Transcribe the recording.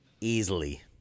Easily